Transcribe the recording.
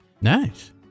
Nice